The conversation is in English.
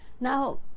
now